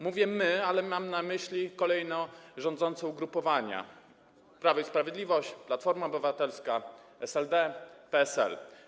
Mówię „my”, ale mam na myśli kolejno rządzące ugrupowania: Prawo i Sprawiedliwość, Platformę Obywatelską, SLD, PSL.